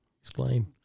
Explain